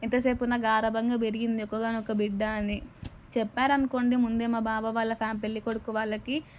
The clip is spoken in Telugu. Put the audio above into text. ఎంతసేపు ఉన్నా గారాబంగా పెరిగింది ఒక్కగానొక్క బిడ్డ అని చెప్పారనుకోండి ముందే మా బావ వాళ్ళ పెళ్ళికొడుకు వాళ్ళకి